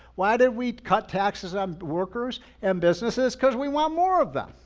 why did we cut taxes on workers and businesses? because we want more of them.